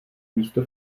místo